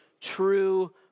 true